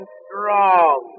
strong